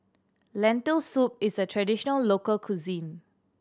Lentil Soup is a traditional local cuisine